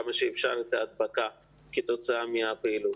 כמה שאפשר את ההדבקה כתוצאה מהפעילות.